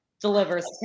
delivers